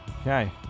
Okay